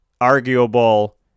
arguable